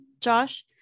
Josh